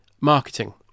marketing